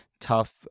tough